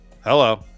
Hello